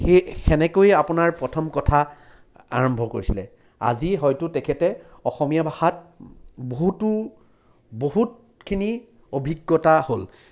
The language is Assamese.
সেই সেনেকৈ আপোনাৰ প্ৰথম কথা আৰম্ভ কৰিছিলে আজি হয়তো তেখেতে অসমীয়া ভাষাত বহুতো বহুতখিনি অভিজ্ঞতা হ'ল